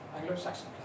Anglo-Saxon